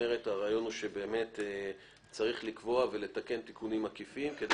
הרעיון הוא שצריך לתקן תיקונים עקיפים’ כדי